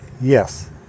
Yes